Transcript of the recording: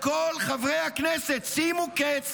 לכל חברי הכנסת: שימו קץ